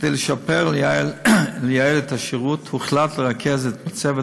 כדי לשפר ולייעל את השירות הוחלט לרכז את מצבת